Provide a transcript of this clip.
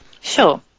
Sure